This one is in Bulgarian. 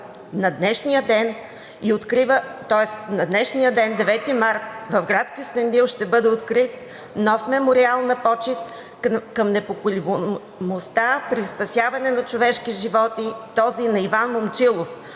На днешния ден – 9 март, в град Кюстендил ще бъде открит нов мемориал на почит към непоколебимостта при спасяване на човешки животи, този на Иван Момчилов